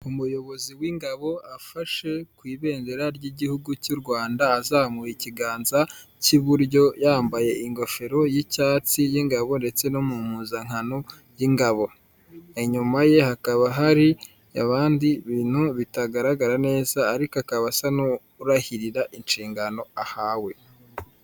Umuyobozi w'ingabo afashe ku ibendera ry'igihugu cy'u Rwanda azamuye ikiganza cy'iburyo, yambaye ingofero y'icyatsi y'ingabo ndetse no mu mpuzankano y'ingabo, inyuma ye hakaba hari abandi, ibintu bitagaragara neza ariko akaba asa n'urahirira inshingano ahawe.